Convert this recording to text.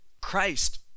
Christ